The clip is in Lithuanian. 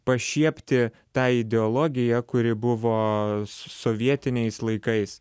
pašiepti tą ideologiją kuri buvo so sovietiniais laikais